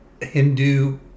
Hindu